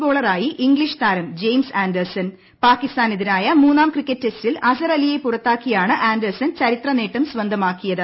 ബോളറായി English താരം പാകിസ്ഥാനെതിരായ മൂന്നാം ക്രിക്കറ്റ് ടെസ്റ്റിൽ അസ്ഹർ അലിയെ പുറത്താക്കിയാണ് ആൻഡേഴ്സൺ ചരിത്രനേട്ടം സ്വന്തമാക്കിയത്